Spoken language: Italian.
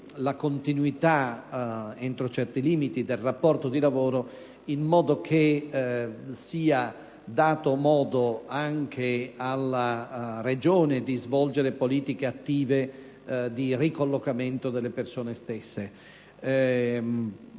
la continuità, entro certi limiti, del rapporto di lavoro, affinché sia dato modo anche alla Regione di svolgere politiche attive di ricollocamento delle persone stesse.